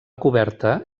coberta